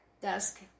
desk